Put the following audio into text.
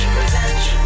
revenge